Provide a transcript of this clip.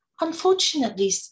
unfortunately